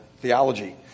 theology